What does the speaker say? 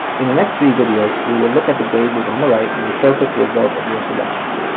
in the next three videos, we will look at the gauges on the right and interpret the results of your selections.